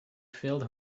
filled